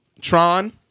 Tron